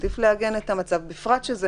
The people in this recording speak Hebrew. לכן עדיף לעגן את המצב, בפרט כשזה